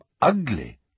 ugly